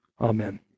Amen